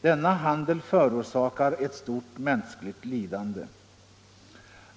Denna handel förorsakar ett stort mänskligt lidande.”